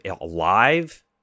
alive